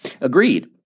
agreed